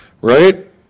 right